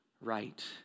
right